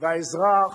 והאזרח,